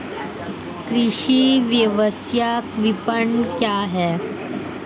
कृषि व्यवसाय विपणन क्या है?